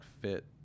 fit